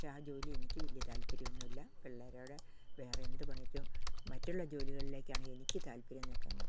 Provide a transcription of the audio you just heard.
പക്ഷേ ആ ജോലി എനിക്ക് വലിയ താൽപര്യമൊന്നും ഇല്ല പിള്ളേരോടെ വേറെ എന്ത് പണിക്കും മറ്റുള്ള ജോലികളിലേക്കാണ് എനിക്ക് താല്പര്യം നിൽക്കുന്നത്